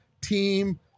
team